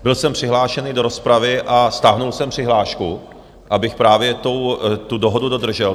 Byl jsem přihlášen i do rozpravy a stáhl jsem přihlášku, abych právě tu dohodu dodržel.